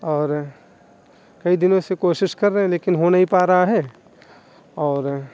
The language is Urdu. اور کئی دنوں سے کوشش کر رہے ہیں لیکن ہو نہیں پا رہا ہے اور